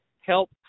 help